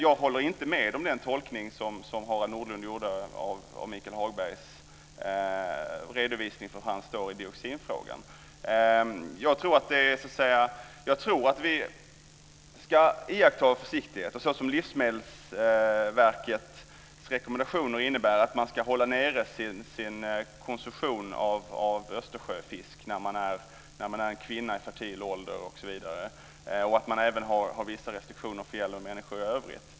Jag håller inte med om den tolkning som Harald Nordlund gjorde av Michael Hagbergs redovisning av var han står i dioxinfrågan. Jag tror att vi ska iaktta försiktighet. Livsmedelsverkets rekommendationer innebär att kvinnor i fertil ålder ska hålla nere sin konsumtion av Östersjöfisk. Man har även vissa restriktioner som gäller människor i övrigt.